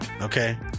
Okay